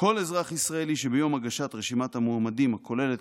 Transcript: "כל אזרח ישראלי שביום הגשת רשימת המועמדים הכוללת